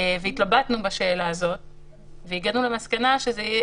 התלבטנו בשאלה הזאת והגענו למסקנה שזה יהיה